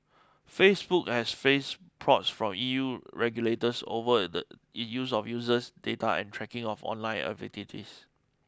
Facebook has faced probes from E U regulators over its use of user data and tracking of online activities